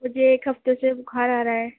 مجھے ایک ہفتے سے بخار آ رہا ہے